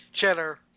cheddar